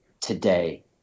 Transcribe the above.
today